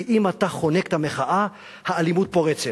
כי אם אתה חונק את המחאה, האלימות פורצת.